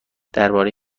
درباره